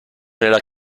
nella